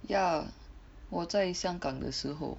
ya 我在香港的时候